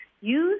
Use